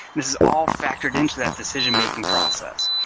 this is all factored in to that decision-making process.